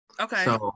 Okay